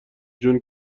جون